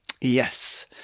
Yes